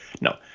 No